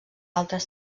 altres